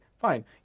fine